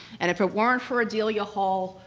and if it weren't for ardelia hall,